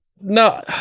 No